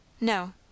No